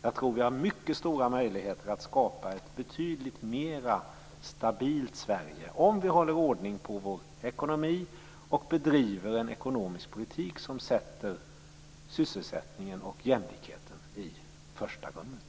Jag tror att vi har mycket stora möjligheter att skapa ett betydligt mer stabilt Sverige om vi håller ordning på vår ekonomi och bedriver en ekonomisk politik som sätter sysselsättningen och jämlikheten i första rummet.